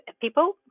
people